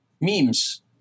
memes